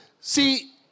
See